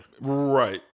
Right